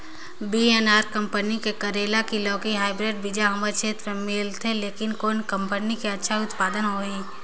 VNR company के करेला की लौकी हाईब्रिड बीजा हमर क्षेत्र मे मिलथे, लेकिन कौन कंपनी के अच्छा उत्पादन होही?